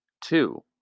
Two